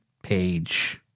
Page